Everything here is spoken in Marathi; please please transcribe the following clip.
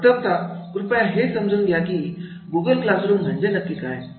प्रथमता कृपया हे समजून घ्या की गूग्ले क्लासरूम म्हणजे काय